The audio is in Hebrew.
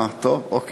אה, טוב, אוקיי,